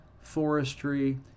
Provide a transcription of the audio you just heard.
forestry